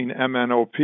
MNOP